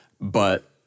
but-